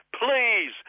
please